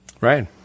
right